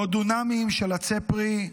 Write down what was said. מאות דונמים של עצי פרי,